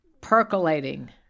percolating